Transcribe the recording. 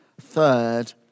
third